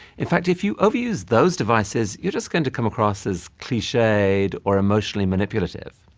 in fact, if you overuse those devices, you're just going to come across as cliched or emotionally manipulative.